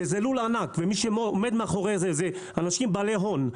שזה לול ענק ומי שעומד מאחורי זה הם אנשים בעלי הון,